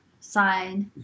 side